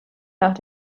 nach